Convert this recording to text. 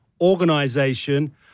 organization